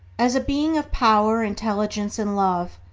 as a being of power, intelligence, and love,